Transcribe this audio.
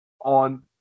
on